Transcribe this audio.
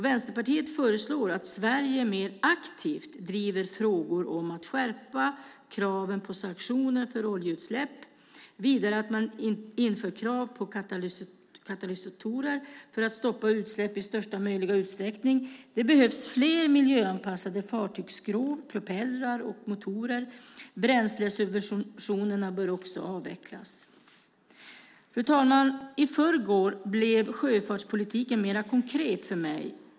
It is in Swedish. Vänsterpartiet föreslår att Sverige mer aktivt driver frågor om att skärpa kraven på sanktioner för oljeutsläpp och vidare att man inför krav på katalysatorer för att stoppa utsläpp i största möjliga utsträckning. Det behövs fler miljöanpassade fartygsskrov, propellrar och motorer. Bränslesubventionerna bör också avvecklas. Fru talman! I förrgår blev sjöfartspolitiken mer konkret för mig.